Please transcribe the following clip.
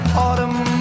autumn